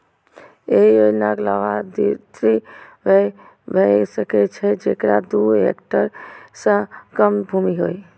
एहि योजनाक लाभार्थी वैह भए सकै छै, जेकरा दू हेक्टेयर सं कम भूमि होय